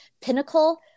pinnacle